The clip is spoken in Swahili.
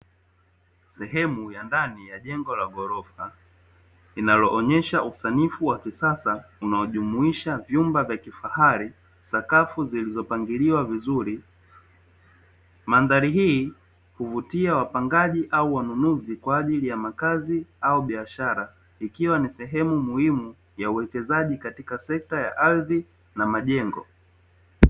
Sehemu ya ndani ya jengo la ghorofa, linaloonyesha usanifu wa kisasa unaojumuisha vyumba vya kifahari, sakafu zilizopangiliwa vizuri, mandhari hii huvutia wapangaji au wanunuzi kwajili ya makazi au biashara, ikiwa ni sehemu muhimu ya uwekezaji katika sekta ya ardhi na majengo.